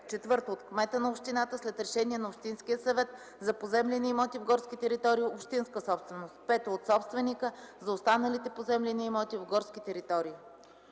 и 2; 4. от кмета на общината след решение на общинския съвет – за поземлени имоти в горски територии – общинска собственост; 5. от собственика – за останалите поземлени имоти в горски територии.”